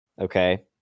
Okay